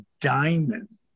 diamond